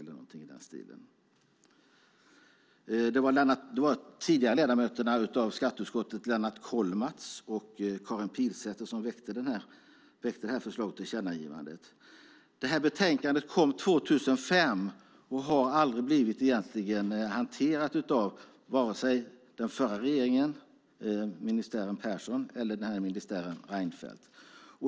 Det var de tidigare ledamöterna i skatteutskottet Lennart Kollmats och Karin Pilsäter som väckte förslaget till tillkännagivandet. Betänkandet som kom 2005 har aldrig blivit hanterat av vare sig ministären Persson eller ministären Reinfeldt.